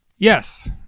Yes